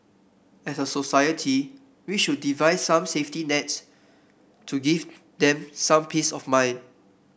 as a society we should devise some safety nets to give them some peace of mind